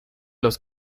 los